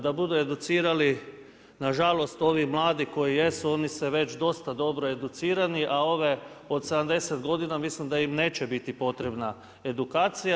Da budu educirali nažalost ovi mladi koji jesu, oni su već dosta dobro educirani, a ove od 70 godina mislim da im neće bit potrebna edukacija.